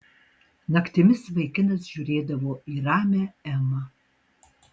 naktimis vaikinas žiūrėdavo į ramią emą